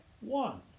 one